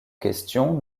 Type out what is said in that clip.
question